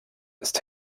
ist